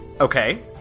Okay